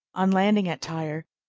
on landing at tyre,